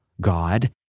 God